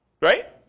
Right